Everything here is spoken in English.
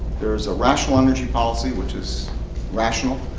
there's a rational energy policy which is rational.